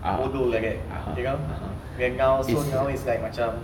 bodoh like that you know then now so now it's like macam